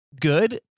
good